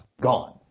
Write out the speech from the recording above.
Gone